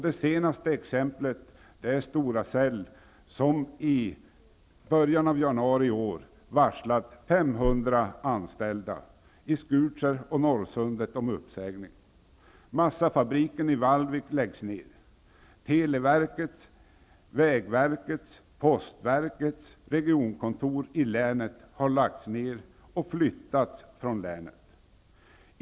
Det senaste exemplet är Stora Cell AB, som i början av januari i år varslade 500 anställda i Skutskär och Vallvik läggs ned. Televerkets, vägverkets och postverkets regionkontor i länet har lagts ner och flyttats från länet.